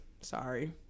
sorry